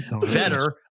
better